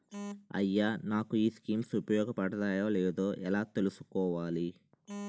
అయ్యా నాకు ఈ స్కీమ్స్ ఉపయోగ పడతయో లేదో ఎలా తులుసుకోవాలి?